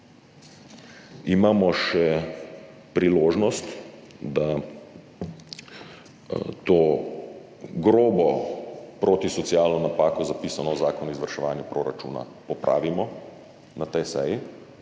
Imamo še priložnost, da to grobo protisocialno napako, zapisano v Zakonu o izvrševanju proračuna, popravimo na tej seji,